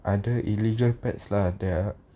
other illegal pets lah that are